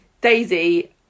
daisy